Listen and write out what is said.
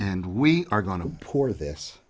and we are going to pour this